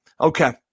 Okay